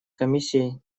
комиссии